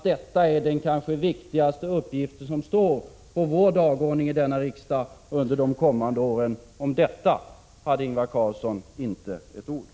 Detta är den kanske viktigaste uppgift som står på dagordningen i riksdagen under de kommande åren, och om detta sade Ingvar Carlsson inte ett ord.